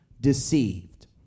deceived